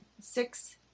six